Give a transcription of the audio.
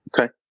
Okay